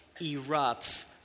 erupts